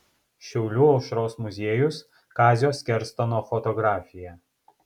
šiaulių aušros muziejus kazio skerstono fotografija